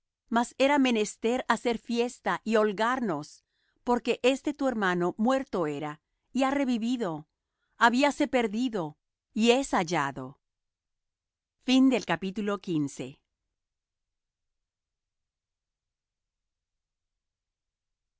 mas era menester hacer fiesta y holgar nos porque este tu hermano muerto era y ha revivido habíase perdido y es hallado y